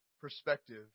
perspective